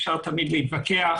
אפשר תמיד להתווכח,